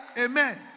Amen